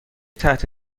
تحت